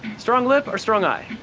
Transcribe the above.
strong lip or strong eye?